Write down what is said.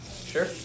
Sure